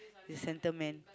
centre man